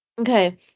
Okay